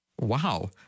Wow